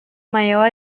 maior